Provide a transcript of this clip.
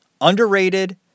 Underrated